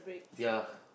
ya